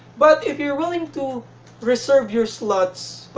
but if you're willing to reserve your slots,